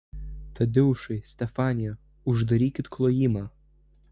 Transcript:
tadeušai stefanija uždarykit klojimą